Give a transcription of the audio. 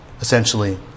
essentially